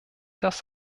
das